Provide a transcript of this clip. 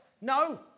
No